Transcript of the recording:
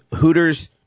Hooters